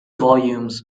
volumes